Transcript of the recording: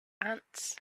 ants